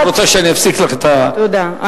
את רוצה שאני אפסיק לך את, תודה.